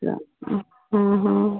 हँ हँ